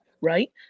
right